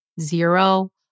zero